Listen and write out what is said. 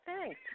thanks